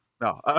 No